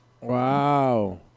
Wow